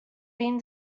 been